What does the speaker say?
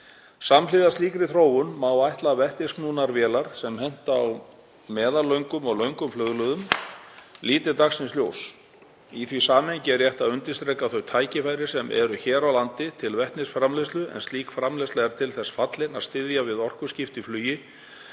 Samhliða slíkri þróun má ætla að vetnisknúnar flugvélar sem henta á meðallöngum og löngum flugleiðum líti dagsins ljós. Í því samhengi er rétt að undirstrika þau tækifæri sem eru hér á landi til vetnisframleiðslu en slík framleiðsla er til þess fallin að styðja við orkuskipti í flugi